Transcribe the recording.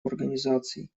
организаций